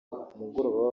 umugoroba